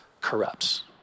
corrupts